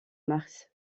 mars